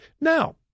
Now